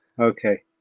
Okay